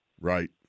Right